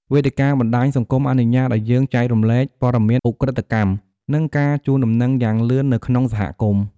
វេទិកាបណ្តាញសង្គមអនុញ្ញាតឲ្យយើង ចែករំលែកព័ត៌មានឧក្រិដ្ឋកម្ម និងការជូនដំណឹងយ៉ាងលឿន នៅក្នុងសហគមន៍។